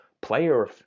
player